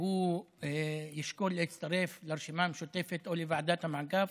הוא ישקול להצטרף לרשימה המשותפת או לוועדת המעקב.